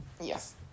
Yes